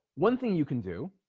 one thing you can do